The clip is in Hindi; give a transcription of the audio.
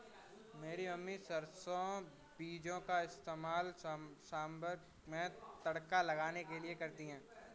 मेरी मम्मी सरसों बीजों का इस्तेमाल सांभर में तड़का लगाने के लिए करती है